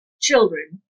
children